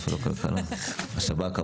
השב"כ,